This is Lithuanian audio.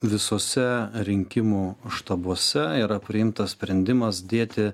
visuose rinkimų štabuose yra priimtas sprendimas dėti